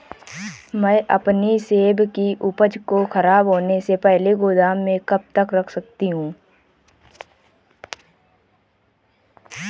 मैं अपनी सेब की उपज को ख़राब होने से पहले गोदाम में कब तक रख सकती हूँ?